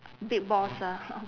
big boss ah